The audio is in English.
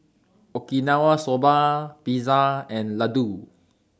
Okinawa Soba Pizza and Ladoo